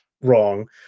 wrong